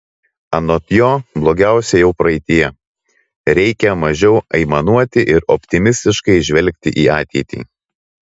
anot jo blogiausia jau praeityje reikia mažiau aimanuoti ir optimistiškai žvelgti į ateitį